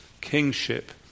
kingship